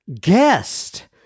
guest